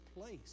place